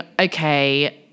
okay